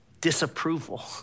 Disapproval